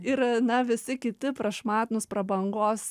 ir na visi kiti prašmatnūs prabangos